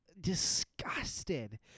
disgusted